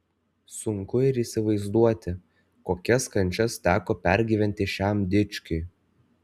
sunku ir įsivaizduoti kokias kančias teko pergyventi šiam dičkiui